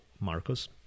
marcus